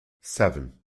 seven